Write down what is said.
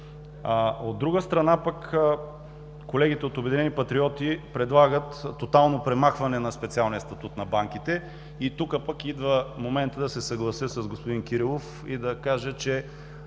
От друга страна, колегите от „Обединени патриоти“ предлагат тотално премахване на специалния статут на банките. Тук идва моментът да се съглася с господин Кирилов и да кажа, че,